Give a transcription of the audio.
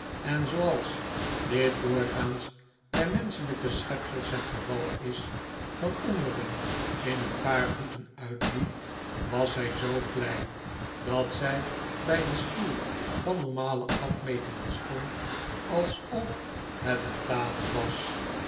en zooals dit doorgaans bij menschelijke schepsels het geval is van onderen in een paar voeten uitliep was zij zoo klein dat zij bij een stoel van normale afmetingen stond alsof het een tafel was